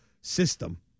system